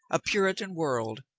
a puritan world,